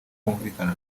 bumvikana